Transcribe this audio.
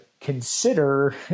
consider